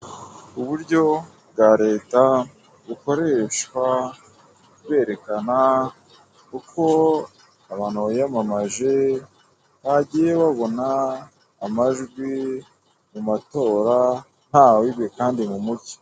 Uburyo bwa Leta bukoreshwa, bwerekana uko abantu biyamamaje bagiye babona amajwi mu matora, ntawibwe kandi mu mucyo.